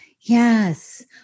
Yes